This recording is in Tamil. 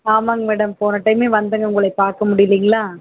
ஆமாங்க மேடம் போன டைமே வந்தேங்க உங்களை பார்க்க முடியலைங்களா